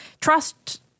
trust